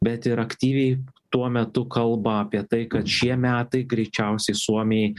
bet ir aktyviai tuo metu kalba apie tai kad šie metai greičiausiai suomijai